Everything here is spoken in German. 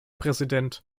präsident